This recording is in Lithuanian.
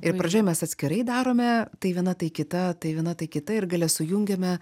ir pradžioj mes atskirai darome tai viena tai kita tai viena tai kita ir gale sujungiame